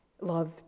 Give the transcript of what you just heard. Love